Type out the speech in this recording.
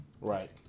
Right